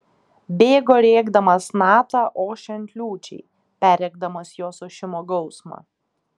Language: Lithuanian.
bėgo rėkdamas natą ošiant liūčiai perrėkdamas jos ošimo gausmą